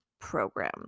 program